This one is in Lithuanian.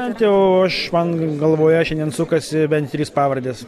bent jau aš man galvoje šiandien sukasi bent trys pavardės